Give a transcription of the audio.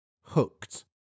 Hooked